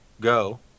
Go